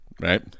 right